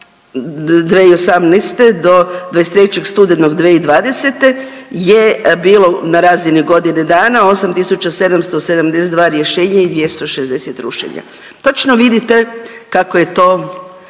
2018. do 23. studenog 2020. je bilo na razini godine dana 8772 rješenja i 260 rušenja. Točno vidite kako je to